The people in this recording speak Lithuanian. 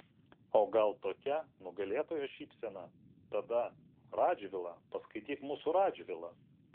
o gal tokia nugalėtojo šypsena tada radžvilą paskaityk mūsų radžvilą